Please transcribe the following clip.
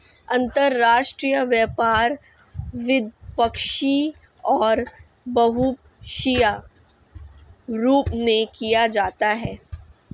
अंतर्राष्ट्रीय व्यापार द्विपक्षीय और बहुपक्षीय रूप में किया जाता है